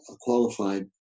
qualified